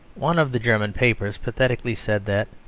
one of the german papers pathetically said that,